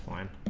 i